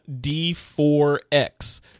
D4X